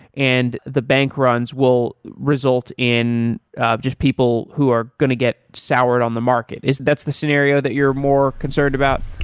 and the bank runs will result in just people who are going to get soured on the market. that's the scenario that you're more concerned about?